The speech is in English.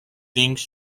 thinks